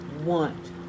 want